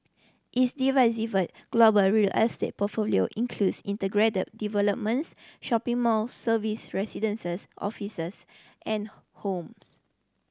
its diversified global real estate portfolio includes integrated developments shopping malls serviced residences offices and homes